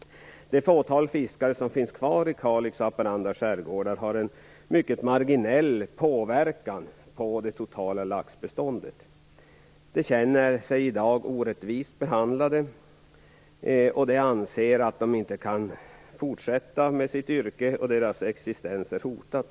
De fåtal fiskare som finns kvar i Kalix och Haparanda skärgårdar har en mycket marginell påverkan på det totala laxbeståndet. De känner sig i dag orättvist behandlade, och de anser att de inte kan fortsätta med sitt yrke. Deras existens är hotad.